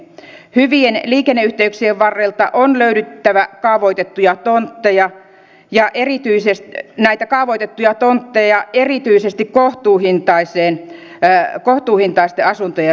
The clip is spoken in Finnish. hyvien liikenneyhteyksien varrelta on löydyttävä kaavoitettuja tontteja ja erityisesti näitä kaavoitettuja tontteja erityisesti kohtuuhintaisten asuntojen rakentamiseen